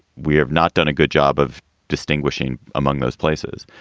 we have not done a good job of distinguishing among those places.